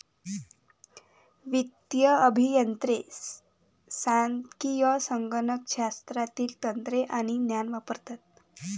वित्तीय अभियंते सांख्यिकी, संगणक शास्त्रातील तंत्रे आणि ज्ञान वापरतात